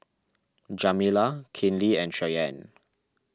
Jamila Kinley and Cheyenne